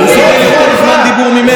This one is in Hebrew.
בנושא: זימון לשימועים משמעתיים.